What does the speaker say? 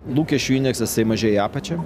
lūkesčių indeksas jisai mažėja į apačia